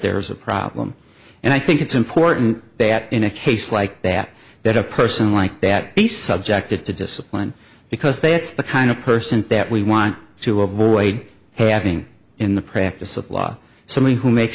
there's a problem and i think it's important that in a case like that that a person like that be subjected to discipline because they it's the kind of person that we want to avoid having in the practice of law someone who makes